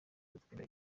iradukunda